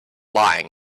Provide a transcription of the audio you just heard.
lying